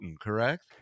correct